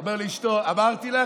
אמר לאשתו: אמרתי לך?